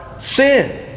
sin